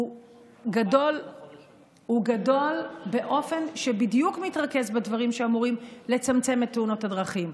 הוא גדול באופן שבדיוק מתרכז בדברים שאמורים לצמצם את תאונות הדרכים: